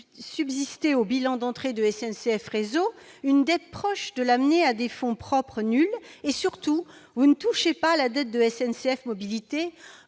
subsister au bilan d'entrée de SNCF Réseau une dette proche de l'amener à des fonds propres nuls et, surtout, vous ne touchez pas à la dette de SNCF Mobilités,